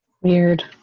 weird